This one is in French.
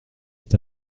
est